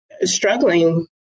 struggling